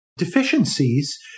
deficiencies